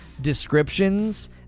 descriptions